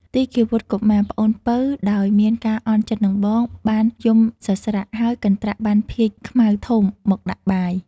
ទីឃាវុត្ត កុមារ (ប្អូនពៅ) ដោយមានការអន់ចិត្តនឹងបង បានយំសស្រាក់ ហើយកន្ត្រាក់បាន ភាជន៍ខ្មៅធំ មកដាក់បាយ។